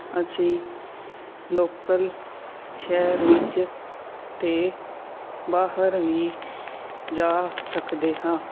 ਅਸੀਂ ਲੋਕਲ ਸ਼ਹਿਰ ਵਿੱਚ ਅਤੇ ਬਾਹਰ ਵੀ ਜਾ ਸਕਦੇ ਹਾਂ